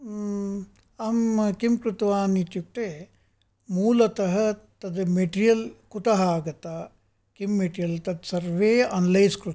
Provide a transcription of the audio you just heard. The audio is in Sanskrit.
अहं किं कृतवान् इत्युक्ते मूलतः तत् मेटीरियल् कुतः आगता किं मेटीरियल् तत् सर्वे अन्लैस् कृत्वा